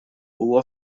huwa